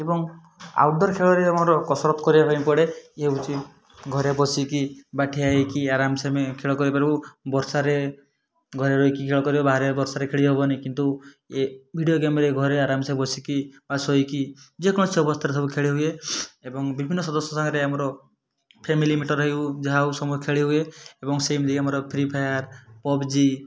ଏବଂ ଆଉଟଡ଼ୋର୍ ଖେଳରେ ଆମର କସରତ୍ କରିବା ପାଇଁ ପଡ଼େ ଇଏ ହେଉଛି ଘରେ ବସିକି ବା ଠିଆ ହେଇକି ଆରାମସେ ଆମେ ଖେଳ କରିପାରୁ ବର୍ଷାରେ ଘରେ ରହିକି ଖେଳ କରିବ ବାହାରେ ବର୍ଷାରେ ଖେଳି ହେବନି କିନ୍ତୁ ଏ ଭିଡ଼ିଓ ଗେମ୍ରେ ଘରେ ଆରାମସେ ବସିକି ବା ଶୋଇକି ଯେକୌଣସି ଅବସ୍ଥାରେ ସବୁ ଖେଳି ହୁଏ ଏବଂ ବିଭିନ୍ନ ସଦସ୍ୟ ସାଙ୍ଗରେ ଆମର ଫ୍ୟାମିଲି ମ୍ୟାଟର ହେଉ ଯାହା ହଉ ସବୁ ଖେଳି ହୁଏ ଏବଂ ସେମିତି ଆମର ଫ୍ରି ଫାୟାର ପବଜି